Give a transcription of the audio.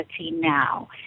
now